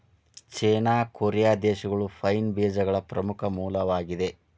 ಚೇನಾ, Korea ದೇಶಗಳು pine ಬೇಜಗಳ ಪ್ರಮುಖ ಮೂಲವಾಗಿದೆ